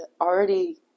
already